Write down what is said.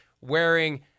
wearing